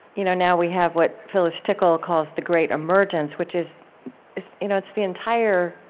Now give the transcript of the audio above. you know, now we have what phyllis tickle calls the great emergence, which is is you know, it's the entire,